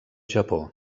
japó